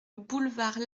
boulevard